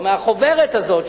או מהחוברת הזאת,